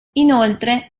inoltre